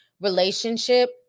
relationship